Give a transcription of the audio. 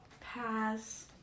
Pass